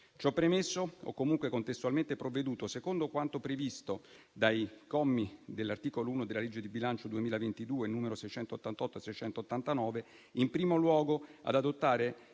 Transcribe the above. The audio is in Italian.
Ciò premesso, ho comunque contestualmente provveduto, secondo quanto previsto dai commi dell'articolo 1 della legge di bilancio 2022 nn. 688 e 689, in primo luogo ad adottare